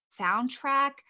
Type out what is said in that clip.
soundtrack